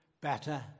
better